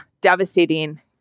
devastating